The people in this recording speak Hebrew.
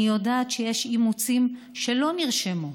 אני יודעת שיש אימוצים שלא נרשמו,